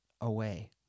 away